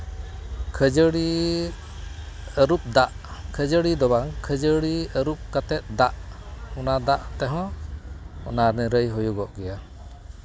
ᱠᱷᱟᱹᱡᱟᱹᱲᱤ ᱟᱹᱨᱩᱵ ᱫᱟᱜ ᱠᱷᱟᱹᱡᱟᱹᱲᱤ ᱫᱚ ᱵᱟᱝ ᱠᱷᱟᱹᱡᱟᱹᱲᱤ ᱟᱹᱨᱩᱵ ᱠᱟᱛᱮᱫ ᱫᱟᱜ ᱚᱱᱟ ᱫᱟᱜ ᱛᱮᱦᱚᱸ ᱚᱱᱟ ᱱᱤᱨᱟᱹᱭ ᱦᱩᱭᱩᱜᱚᱜ ᱜᱮᱭᱟ